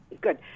Good